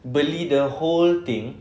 beli the whole thing